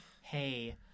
hey